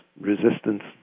Resistance